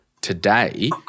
today